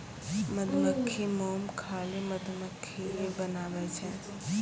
मधुमक्खी मोम खाली मधुमक्खिए बनाबै छै